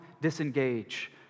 disengage